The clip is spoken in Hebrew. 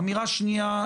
אמירה שנייה,